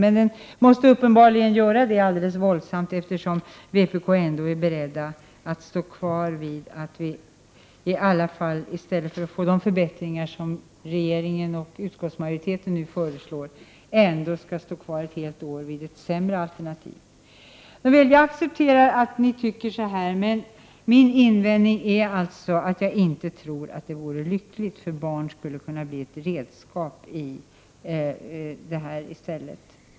Men den måste uppenbarligen göra det alldeles våldsamt, eftersom vpk:s inställning innebär att vi i alla fall, i stället för att få de förbättringar som regeringen och utskottsmajoriteten nu föreslår, ett år skall ha kvar ett sämre alternativ. Nåväl, jag accepterar att ni tycker så, men min invändning är att jag inte tror att det vore lyckligt, för barn skulle kunna bli ett redskap i sammanhanget.